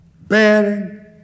Bearing